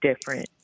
different